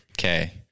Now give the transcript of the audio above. Okay